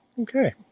Okay